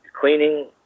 cleaning